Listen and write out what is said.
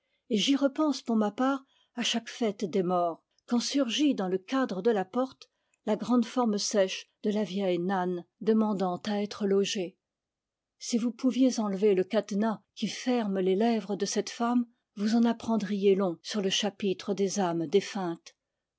et j'y repense pour ma part à chaque fête des morts quand surgit dans le cadre de la porte la grande forme sèche de la vieille nann demandant à être logée si vous pouviez enlever le cadenas qui ferme les lèvres de cette femme vous en apprendriez long sur le chapitre des âmes